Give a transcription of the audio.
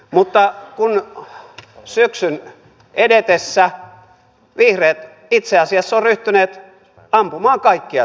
mutta syksyn edetessä vihreät itse asiassa ovat ryhtyneet ampumaan kaikkia säästöjä